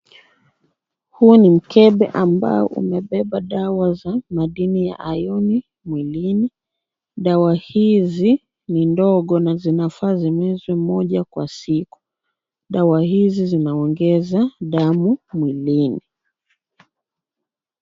Huu ni mkebe ambao umebeba dawa za madini ya iron mwilini. Dawa hizi ni ndogo na zinafaa zimezwe moja kwa siku. Dawa hizi zinaongeza damu mwilini.